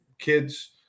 kids